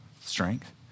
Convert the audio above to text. strength